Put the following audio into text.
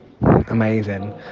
Amazing